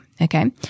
Okay